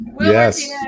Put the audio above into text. Yes